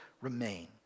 remain